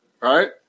right